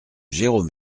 jérôme